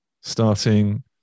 starting